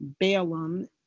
Balaam